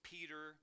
Peter